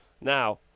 now